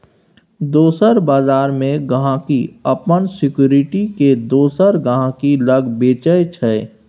दोसर बजार मे गांहिकी अपन सिक्युरिटी केँ दोसर गहिंकी लग बेचय छै